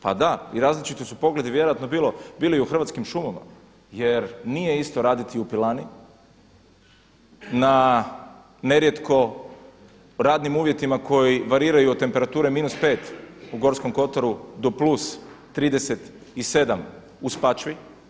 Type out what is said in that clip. Pa da i različiti su pogledi vjerojatno bili i u Hrvatskim šumama, jer nije isto raditi u pilani na nerijetko radnim uvjetima koji variraju od temperatura -5 u Gorskom kotaru do plus 37 u Spačvi.